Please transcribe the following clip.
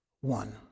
One